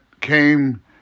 came